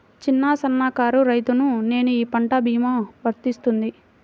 చిన్న సన్న కారు రైతును నేను ఈ పంట భీమా వర్తిస్తుంది?